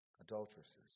adulteresses